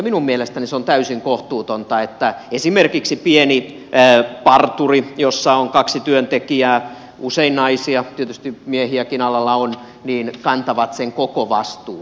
minun mielestäni se on täysin kohtuutonta että esimerkiksi pieni parturiliike jossa on kaksi työntekijää usein naisia tietysti miehiäkin alalla on kantaa sen koko vastuun